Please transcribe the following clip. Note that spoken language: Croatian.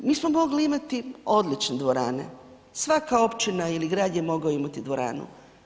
Mi smo mogli imati odlične dvorane, svaka općina ili grad je mogao imati dvoranu.